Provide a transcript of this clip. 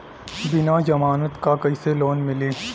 बिना जमानत क कइसे लोन मिली?